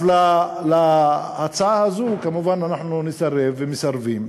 אז להצעה הזאת כמובן אנחנו נסרב, ומסרבים.